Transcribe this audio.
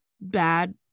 bad